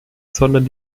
sondern